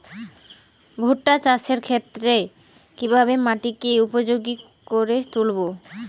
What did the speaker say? ভুট্টা চাষের ক্ষেত্রে কিভাবে মাটিকে উপযোগী করে তুলবো?